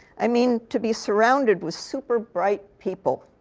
i mean to be surrounded with super bright people.